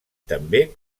també